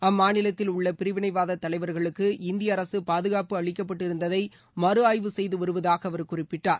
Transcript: அம்மாநிலத்தில் உள்ள பிரிவினைவாத தலைவர்களுக்கு இந்திய அரசு பாதுகாப்பு அளிக்கப்பட்டு இருந்ததை மறுஆய்வு செய்து வருவதாக அவர் குறிப்பிட்டார்